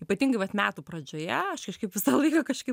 ypatingai vat metų pradžioje aš kažkaip visą laiką kažkaip